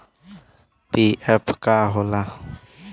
PF का होला?